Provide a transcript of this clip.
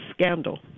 scandal